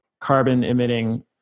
carbon-emitting